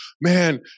man